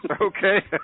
Okay